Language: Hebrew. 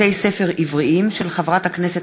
והספורט בעקבות דיון מהיר, בהצעתם של חברי הכנסת